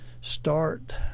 start